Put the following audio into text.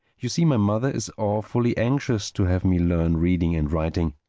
you see my mother is awfully anxious to have me learn reading and writing.